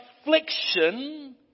affliction